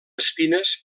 espines